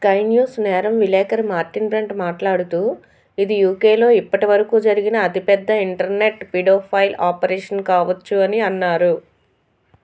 sky News నేరం విలేఖరి Martin Brunt మాట్లాడుతూ ఇది యూకేలో ఇప్పటివరకు జరిగిన అతిపెద్ద ఇంటర్నెట్ పిడోఫైల్ ఆపరేషన్ కావచ్చు అని అన్నారు